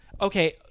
Okay